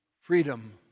Freedom